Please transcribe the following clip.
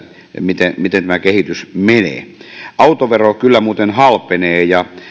miten miten tämä kehitys menee autovero kyllä muuten halpenee ja